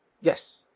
Yes